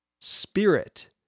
spirit